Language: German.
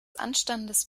anstandes